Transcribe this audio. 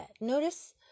Notice